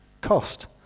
cost